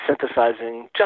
synthesizing